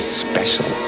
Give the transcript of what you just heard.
special